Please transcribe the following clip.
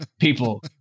people